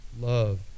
love